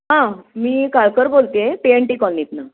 हां मी काळकर बोलते आहे पी एन टी कॉलनीतनं